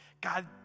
God